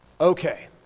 okay